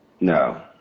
No